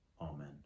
Amen